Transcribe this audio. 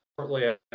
shortly